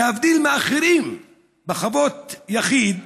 להבדיל מאחרים בחוות יחיד